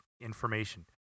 information